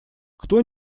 кто